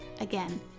Again